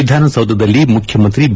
ವಿಧಾನಸೌಧದಲ್ಲಿ ಮುಖ್ಯಮಂತ್ರಿ ಬಿ